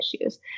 issues